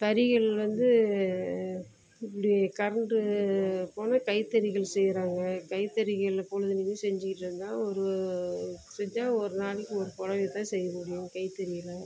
தறிகள் வந்து இப்படி கரண்ட்டு போனால் கைத்தறிகள் செய்கிறாங்க கைத்தறிகளை பொழுதன்னைக்கும் செஞ்சுக்கிட்டு இருந்தால் ஒரு செஞ்சால் ஒரு நாளைக்கு ஒரு புடவைய தான் செய்ய முடியும் கைத்தறியில்